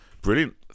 Brilliant